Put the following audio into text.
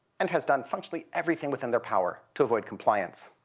and has done functionally everything within their power to avoid compliance.